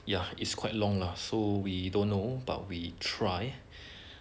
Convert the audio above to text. ya is quite long lah so we don't know but we try